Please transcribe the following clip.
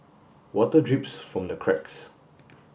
water drips from the cracks